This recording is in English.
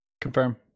Confirm